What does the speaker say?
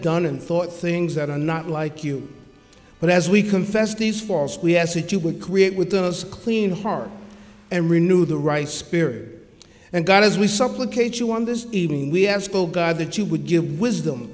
done and thought things that are not like you but as we confess these false we ask that you would create with us a clean heart and renew the right spirit and god as we supplicate you on this evening we ask oh god that you would give wisdom